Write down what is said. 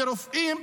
לרופאים,